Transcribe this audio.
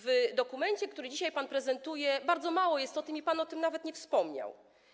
W dokumencie, który dzisiaj pan prezentuje, bardzo mało jest o tym i pan o tym nawet nie wspomniał.